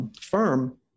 firm